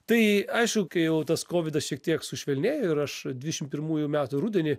tai aišku kai jau tas kovidas šiek tiek sušvelnėjo ir aš dvidešim pirmųjų metų rudenį